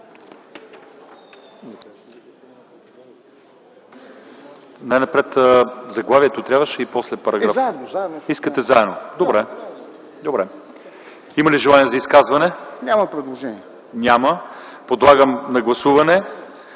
Няма. Подлагам на гласуване